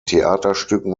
theaterstücken